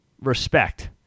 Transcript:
Respect